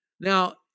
Now